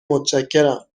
متشکرم